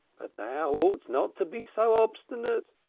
but thou oughtest not to be so obstinate.